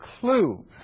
clue